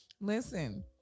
Listen